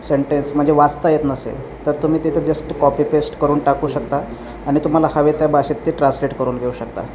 sentence म्हणजे वाचता येत नसेल तर तुम्ही तिथे जस्ट कॉपी पेस्ट करून टाकू शकता आणि तुम्हाला हवे त्या भाषेत ते ट्रान्सलेट करून घेऊ शकता